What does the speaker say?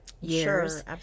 years